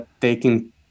taking